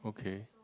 okay